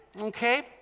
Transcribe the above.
okay